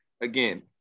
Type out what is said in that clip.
Again